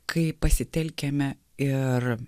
kai pasitelkiame ir